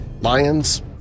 lions